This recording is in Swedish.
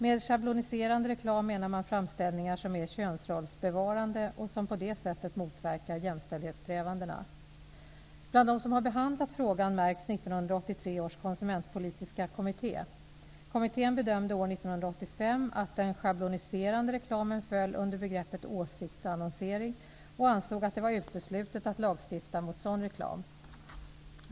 Med schabloniserande reklam menar man framställningar som är könsrollsbevarande och som på det sättet motverkar jämställdhetssträvandena. Bland dem som har behandlat frågan märks 1983 års konsumentpolitiska kommitté. Kommittén bedömde år 1985 att den schabloniserande reklamen föll under begreppet åsiktsannonsering och ansåg att det var uteslutet att lagstifta mot sådan reklam.